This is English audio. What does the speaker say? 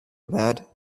bad